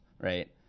Right